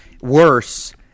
worse